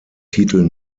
titel